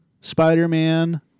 Spider-Man